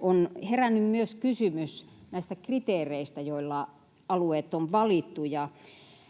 On herännyt myös kysymys kriteereistä, joilla alueet ovat valittu.